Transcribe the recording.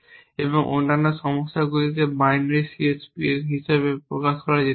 এবং অন্যান্য সমস্যাগুলিকে বাইনারি C S Ps হিসাবে প্রকাশ করা যেতে পারে